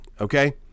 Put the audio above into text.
Okay